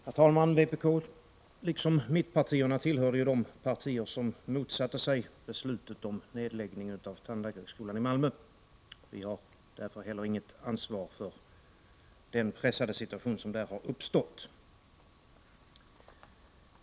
Herr talman! Vpk, liksom mittenpartierna, motsatte sig beslutet om nedläggning av tandläkarhögskolan i Malmö. Vi har därför inget ansvar för den pressade situation som där har uppstått.